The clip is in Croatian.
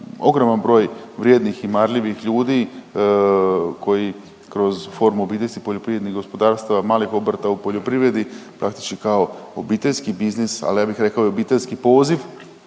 ogroman broj vrijednih i marljivih ljudi koji kroz formu OPG-ova, malih obrta u poljoprivredi praktički kao obiteljski biznis, ali ja bih rekao i obiteljski poziv